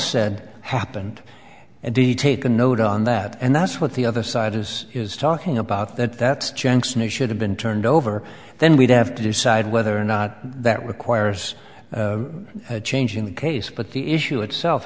said happened and he'd take a note on that and that's what the other side is is talking about that that's jenks knew should have been turned over then we'd have to decide whether or not that requires a change in the case but the issue itself